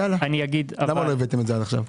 אז למה לא הבאתם את זה עד עכשיו?